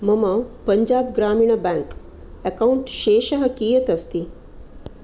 मम पञ्जाब् ग्रामिण bank account शेषः कियत् अस्ति